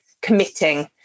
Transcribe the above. committing